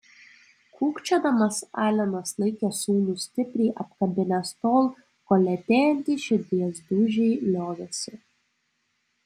kūkčiodamas alenas laikė sūnų stipriai apkabinęs tol kol lėtėjantys širdies dūžiai liovėsi